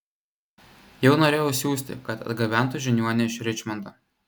jau norėjau siųsti kad atgabentų žiniuonę iš ričmondo